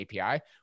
API